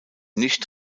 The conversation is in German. nicht